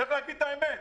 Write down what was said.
צריך להגיד את האמת.